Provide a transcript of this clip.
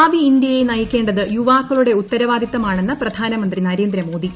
ഭാവി ഇന്ത്യയെ നയിക്കേണ്ടത് യുവാക്കളുടെ ഉത്തരവാദിത്തമാണെന്ന് പ്രധാനമന്ത്രി നരേന്ദ്രമോദി